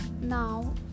now